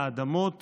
האדמות